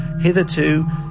Hitherto